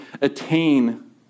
attain